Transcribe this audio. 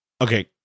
Okay